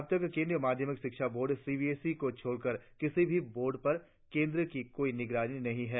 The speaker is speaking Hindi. अब तक केंद्रीय माध्यमिक शिक्षा board C B S E को छोड़कर किसी भी बोर्ड पर केंद्र की कोई निगरानी नहीं है